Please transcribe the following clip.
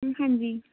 ਹਾਂਜੀ